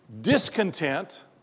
discontent